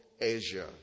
Asia